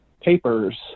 papers